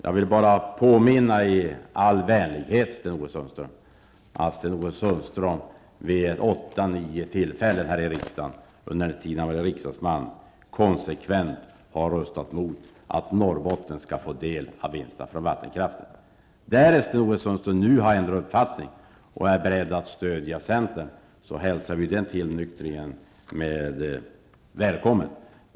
Jag vill bara påminna i all vänlighet att Sten-Ove Sundström vid åtta nio tillfällen i riksdagen, under den tid han har varit riksdagsman, konsekvent har röstat mot att Norrbotten skall få del av vinsterna från vattenkraften. Nu har Sten-Ove Sundström ändrat uppfattning och är beredd att stödja centern. Vi hälsar den tillnyktringen välkommen.